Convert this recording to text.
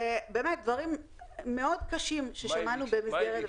ודברים מאוד קשים ששמענו במסגרת --- מה היא ביקשה?